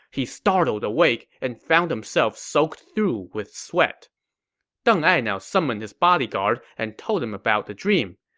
he startled awake and found himself soaked through with sweat deng ai now summoned his bodyguard and told him about the dream.